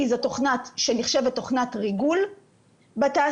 כי זו תוכנה שנחשבת תוכנת ריגול בתעשייה,